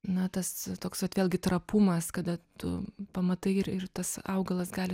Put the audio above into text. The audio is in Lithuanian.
na tas toks vat vėlgi trapumas kada tu pamatai ir ir tas augalas gali